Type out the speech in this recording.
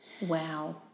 wow